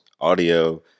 audio